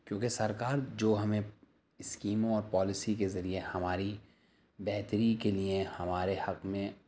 کیونکہ سرکار جو ہمیں اسکیموں اور پالیسی کے ذریعے ہماری بہتری کے لیے ہمارے حق میں